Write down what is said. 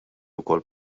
wkoll